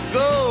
go